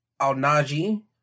Alnaji